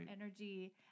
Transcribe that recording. energy